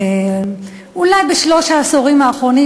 אולי בשלושת העשורים האחרונים,